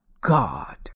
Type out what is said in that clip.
God